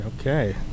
Okay